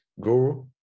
Guru